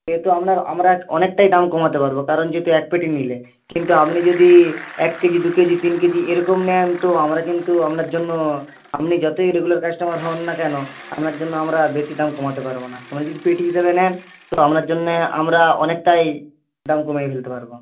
সেহেতু আপনার আমরা অনেকটাই দাম কমাতে পারবো কারণ যেহেতু এক পেটি নিলে কিন্তু আপনি যদি এক কেজি দু কেজি তিন কেজি এরকম নেন তো আমরা কিন্তু আপনার জন্য আপনি যতই রেগুলার কাস্টমার হোন না কেন আপনার জন্য আমরা বেশি দাম কমাতে পারবো না আপনারা যদি পেটি হিসাবে নেন তো আপনার জন্যে আমরা অনেকটাই দাম কমিয়ে ফেলতে পারবো